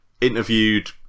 interviewed